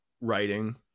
writing